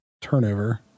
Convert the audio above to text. turnover